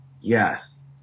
Yes